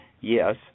yes